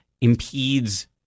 impedes